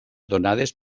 donades